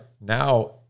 Now